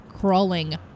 crawling